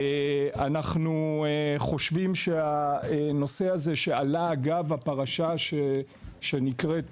אנחנו חושבים שהנושא הזה, שעלה אגב הפרשה שנקראת